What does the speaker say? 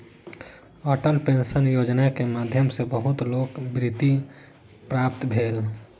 Atal pension योजना के माध्यम सॅ बहुत लोक के वृत्ति प्राप्त भेल